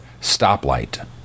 Stoplight